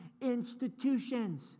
institutions